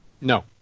No